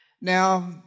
Now